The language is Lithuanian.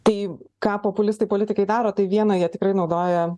tai ką populistai politikai daro tai vieną jie tikrai naudoja